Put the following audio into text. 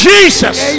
Jesus